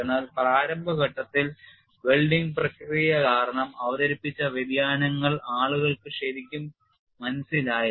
എന്നാൽ പ്രാരംഭ ഘട്ടത്തിൽ വെൽഡിംഗ് പ്രക്രിയ കാരണം അവതരിപ്പിച്ച വ്യതിയാനങ്ങൾ ആളുകൾക്ക് ശരിക്കും മനസ്സിലായില്ല